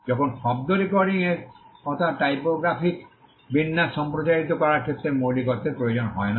যখন শব্দ রেকর্ডিংয়ের কথা টাইপোগ্রাফিক বিন্যাস সম্প্রচারিত করার ক্ষেত্রে মৌলিকত্বের প্রয়োজন হয় না